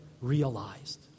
realized